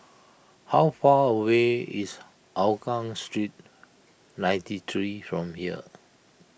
how far away is Hougang Street ninety three from here